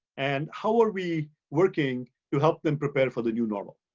and how are we working to help them prepare for the new normal?